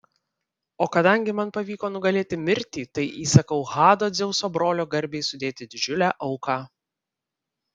o kadangi man pavyko nugalėti mirtį tai įsakau hado dzeuso brolio garbei sudėti didžiulę auką